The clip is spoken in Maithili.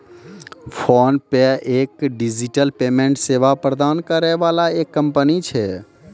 फोनपे एक डिजिटल पेमेंट सेवा प्रदान करै वाला एक कंपनी छै